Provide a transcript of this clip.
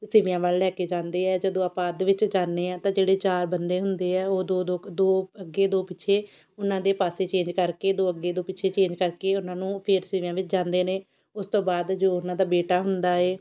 ਸਿਵਿਆਂ ਵੱਲ ਲੈਕੇ ਜਾਂਦੇ ਹੈ ਜਦੋਂ ਆਪਾਂ ਅੱਧ ਵਿੱਚ ਜਾਂਦੇ ਹਾਂ ਤਾਂ ਜਿਹੜੇ ਚਾਰ ਬੰਦੇ ਹੁੰਦੇ ਆ ਉਹ ਦੋ ਦੋ ਦੋ ਅੱਗੇ ਦੋ ਪਿੱਛੇ ਉਹਨਾਂ ਦੇ ਪਾਸੇ ਚੇਂਜ ਕਰਕੇ ਦੋ ਅੱਗੇ ਦੋ ਪਿੱਛੇ ਚੇਂਜ ਕਰਕੇ ਉਹਨਾਂ ਨੂੰ ਫਿਰ ਸਿਵਿਆਂ ਵਿੱਚ ਜਾਂਦੇ ਨੇ ਉਸ ਤੋਂ ਬਾਅਦ ਜੋ ਉਹਨਾਂ ਦਾ ਬੇਟਾ ਹੁੰਦਾ ਏ